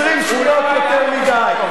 20 שניות יותר מדי.